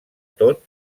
tot